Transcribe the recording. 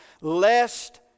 lest